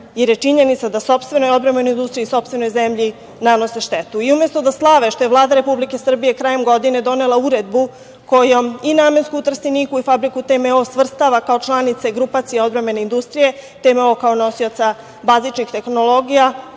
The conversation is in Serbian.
je činjenica da sopstvenoj odbrambenoj industriji i sopstvenoj zemlji nanose štetu? Umesto da slave što je Vlada Republike Srbije krajem godine donela uredbu kojom i Namensku u Trsteniku i fabriku TMO svrstava kao članice grupacije odbrambene industrije, TMO kao nosioca bazičnih tehnologija